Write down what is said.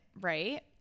right